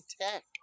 tech